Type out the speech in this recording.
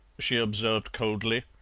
she observed coldly.